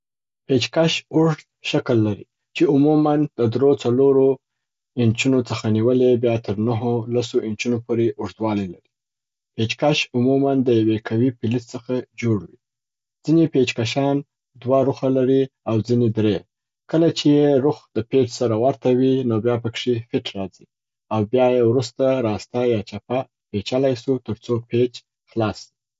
پیچ کش اوږد شکل لري چې عموماً د درو څلورو اینچونو څخه نیولې بیا تر نهو لسو اینچونو پوري اوږدوالي لري. پیچ کش عموماً د یوې قوي پلیز څخه جوړ وي. ځیني پیچ کشان دوه روخه لري او ځیني درې. کله چې یې روخ د پیچ سره ورته وي نو بیا پکښي فیټ راځي او بیا یې وروسته راسته یا چپه پیچلای سو تر څو پیچ خلاص سي.